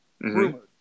Rumored